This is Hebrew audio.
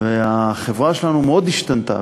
והחברה שלנו מאוד השתנתה,